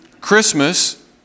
Christmas